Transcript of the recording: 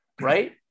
right